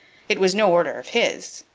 it was no order of his!